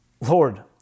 Lord